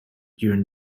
during